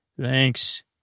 Thanks